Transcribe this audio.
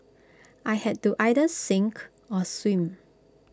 I had to either sink or swim